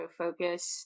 autofocus